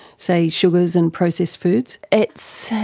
say, sugars and processed foods? it's,